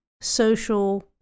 social